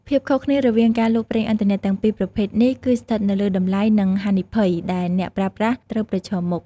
ភាពខុសគ្នារវាងការលក់ប្រេងឥន្ធនៈទាំងពីរប្រភេទនេះគឺស្ថិតនៅលើ តម្លៃ និង ហានិភ័យ ដែលអ្នកប្រើប្រាស់ត្រូវប្រឈមមុខ។